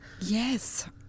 Yes